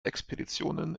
expeditionen